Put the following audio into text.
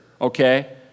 okay